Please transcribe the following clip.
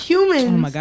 Humans